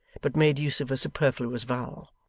but made use of a superfluous vowel.